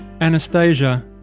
Anastasia